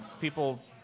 People